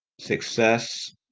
success